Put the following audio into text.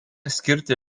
skirti